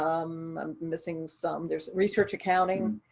um i'm missing some. there's research accounting.